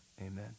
amen